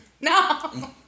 no